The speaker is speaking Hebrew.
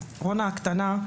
רונה הקטנה,